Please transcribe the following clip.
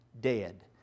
dead